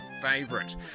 favorite